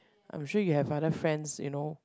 I'm sure you have other friends you know